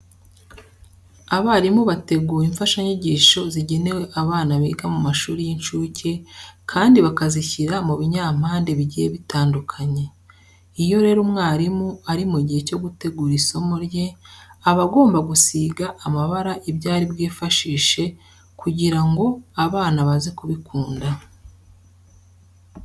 Abarimu bategura imfashanyigisho zigenewe abana biga mu mashuri y'incuke kandi bakazishyira mu binyampande bigiye bitandukanye. Iyo rero umwarimu ari mu gihe cyo gutegura isomo rye, aba agomba gusiga amabara ibyo ari bwifashishe kugira ngo abana baze kubikunda.